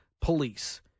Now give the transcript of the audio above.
police